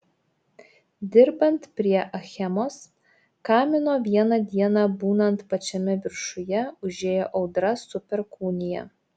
dirbant prie achemos kamino vieną dieną būnant pačiame viršuje užėjo audra su perkūnija